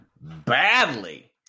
badly